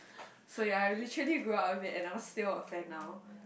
so if I literally go out if and I never steal a fan now